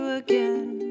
again